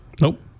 Nope